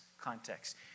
context